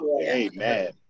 Amen